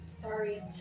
Sorry